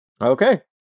Okay